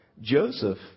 Joseph